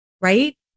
right